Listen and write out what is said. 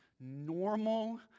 normal